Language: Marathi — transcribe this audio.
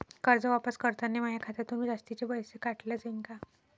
कर्ज वापस करतांनी माया खात्यातून जास्तीचे पैसे काटल्या जाईन का?